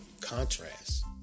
contrast